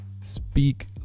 speak